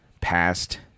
Past